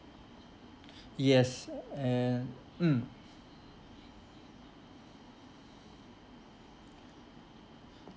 yes and mm